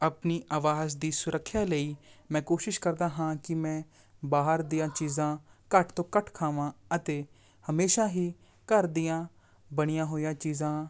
ਆਪਣੀ ਅਵਾਜ਼ ਦੀ ਸੁਰੱਖਿਆ ਲਈ ਮੈਂ ਕੋਸ਼ਿਸ਼ ਕਰਦਾ ਹਾਂ ਕਿ ਮੈਂ ਬਾਹਰ ਦੀਆਂ ਚੀਜ਼ਾਂ ਘੱਟ ਤੋਂ ਘੱਟ ਖਾਵਾਂ ਅਤੇ ਹਮੇਸ਼ਾ ਹੀ ਘਰ ਦੀਆਂ ਬਣੀਆਂ ਹੋਈਆਂ ਚੀਜ਼ਾਂ